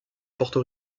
porto